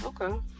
Okay